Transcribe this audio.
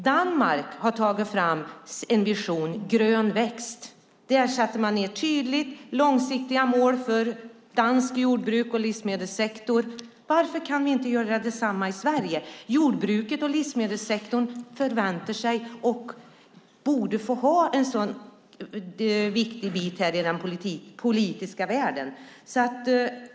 Danmark har tagit fram en vision, Grön växt. Där sätter man tydliga långsiktiga mål för danskt jordbruk och dansk livsmedelssektor. Varför kan vi inte göra detsamma i Sverige? Jordbruket och livsmedelssektorn förväntar sig och borde få ha en sådan viktig bit i den politiska världen.